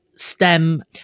STEM